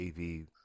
av